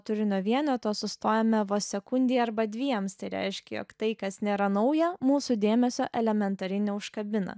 turinio vieneto sustojame vos sekundei arba dviems tai reiškia jog tai kas nėra nauja mūsų dėmesio elementariai neužkabina